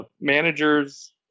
managers